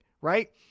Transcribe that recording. right